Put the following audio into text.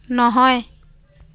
নহয়